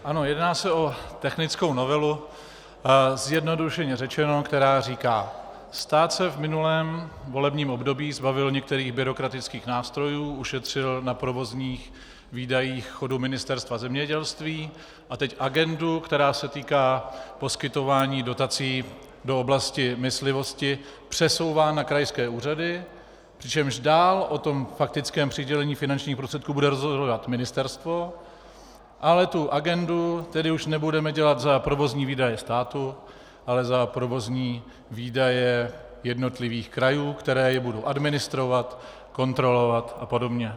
Ano, jedná se o technickou novelu, zjednodušeně řečeno, která říká: stát se v minulém volebním období zbavil některých byrokratických nástrojů, ušetřil na provozních výdajích chodu Ministerstva zemědělství a teď agendu, která se týká poskytování dotací do oblasti myslivosti, přesouvá na krajské úřady, přičemž dál o tom faktickém přidělování finančních prostředků bude rozhodovat ministerstvo, ale tu agendu už nebudeme dělat za provozní výdaje státu, ale za provozní výdaje jednotlivých krajů, které je budou administrovat, kontrolovat a podobně.